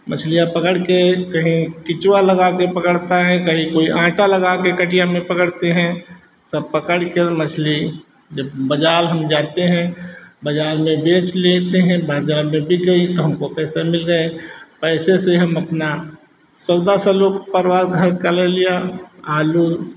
मछलियाँ पकड़कर कहीं केँचुआ लगाकर पकड़ता है कहीं कोई आटा लगाकर कटिया में पकड़ते हैं सब पकड़कर मछली जब बाज़ार हम जाते हैं बाज़ार में बेच लेते हैं बाज़ार में बिक गई तो हमको पैसा मिल गया पैसे से हम अपना सौदा सब लोग परिवार घर का ले लिया आलू